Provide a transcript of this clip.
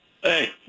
hey